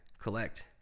collect